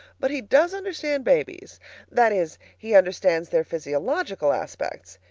but he does understand babies that is, he understands their physiological aspects.